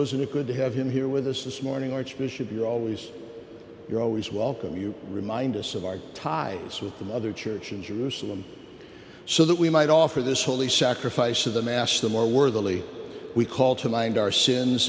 isn't it good to have him here with us this morning archbishop you're always you're always welcome you remind us of our ties with the mother church in jerusalem so that we might offer this holy sacrifice of the mass the more worthy we call to mind our sins